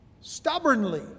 stubbornly